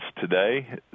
today